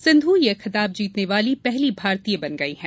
सिंधू यह खिताब जीतने वाली पहली भारतीय बन गयी हैं